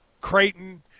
Creighton